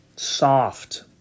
Soft